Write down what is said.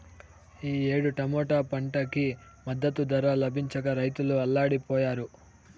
ఈ ఏడు టమాటా పంటకి మద్దతు ధర లభించక రైతులు అల్లాడిపొయ్యారు